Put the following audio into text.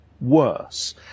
worse